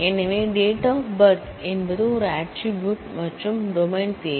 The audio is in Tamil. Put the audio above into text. எனவே D o B என்பது ஒரு ஆட்ரிபூட் மற்றும் டொமைன் தேதி